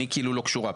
אני כאילו לא קשורה,